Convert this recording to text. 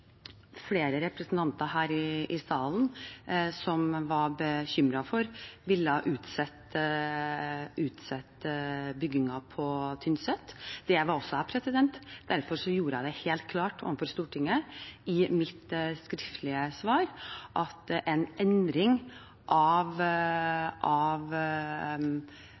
flere representanter her i salen var bekymret for ville utsette byggingen på Tynset. Det var også jeg. Derfor gjorde jeg det helt klart overfor Stortinget i mitt skriftlige svar at en endring i bevaring av